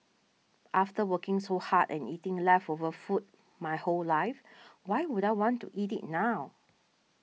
after working so hard and eating leftover food my whole life why would I want to eat it now